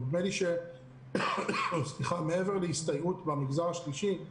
נדמה לי שמעבר להסתייעות במגזר השלישי,